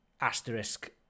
asterisk